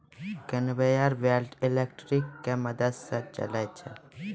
conveyor belt electric के मदद स चलै छै